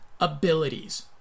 abilities